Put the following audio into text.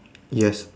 yes